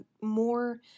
more